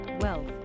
wealth